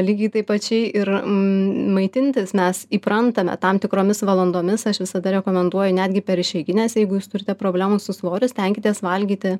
lygiai taip plačiai ir maitintis mes įprantame tam tikromis valandomis aš visada rekomenduoju netgi per išeigines jeigu jūs turite problemų su svoriu stenkitės valgyti